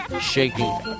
shaking